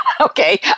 Okay